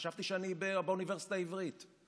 חשבתי שאני באוניברסיטה העברית.